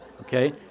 okay